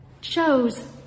shows